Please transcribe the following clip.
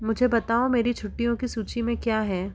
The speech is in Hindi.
मुझे बताओ मेरी छुट्टियों की सूचि में क्या है